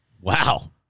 Wow